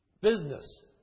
business